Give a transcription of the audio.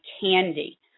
candy